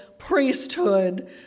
priesthood